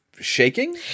shaking